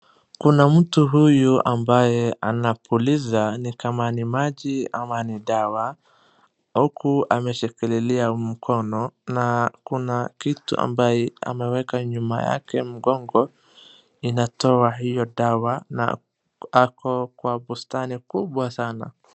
Kuna mtu huyu ambaye anapuliza ni kama ni maji ama ni dawa huku ameshikilia mkono na kuna kitu ambaye ameeka nyuma yake ya mgongo inatoa hiyo dawa na ako kwa bustani kubwa sana .